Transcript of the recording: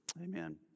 Amen